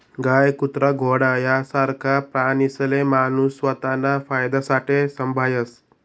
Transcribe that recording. गाय, कुत्रा, घोडा यासारखा प्राणीसले माणूस स्वताना फायदासाठे संभायस